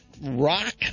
rock